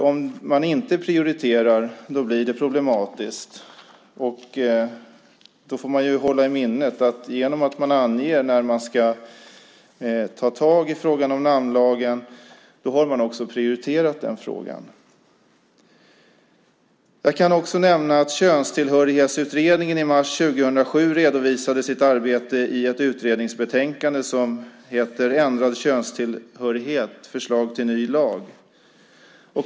Om man inte prioriterar blir det problematiskt. Genom att man anger när man ska ta tag i frågan om namnlagen har man också prioriterat den frågan. Det bör hållas i minnet. Jag kan också nämna att Könstillhörighetsutredningen i mars 2007 redovisade sitt arbete i ett utredningsbetänkande som heter Ändrad könstillhörighet - förslag till ny lag .